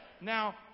now